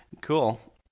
Cool